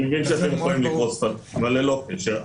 בבקשה.